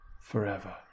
forever